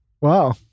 Wow